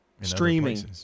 streaming